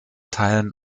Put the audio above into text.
teilen